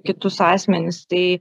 kitus asmenis tai